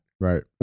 Right